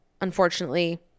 unfortunately